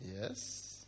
yes